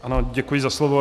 Ano, děkuji za slovo.